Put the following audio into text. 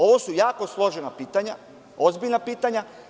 Ovo su jako složena pitanja, ozbiljna pitanja.